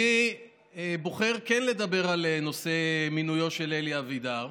אני בוחר כן לדבר על נושא מינויו של אלי אבידר,